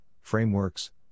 frameworks